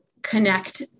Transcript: connect